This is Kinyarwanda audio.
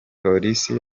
polisi